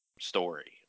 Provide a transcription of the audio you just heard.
story